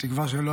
מהממשלה הזאת,